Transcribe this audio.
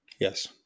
Yes